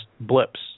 blips